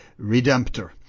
redemptor